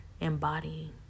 embodying